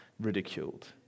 Ridiculed